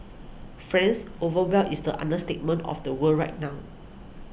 friends overwhelmed is the understatement of the world right now